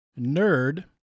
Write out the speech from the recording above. Nerd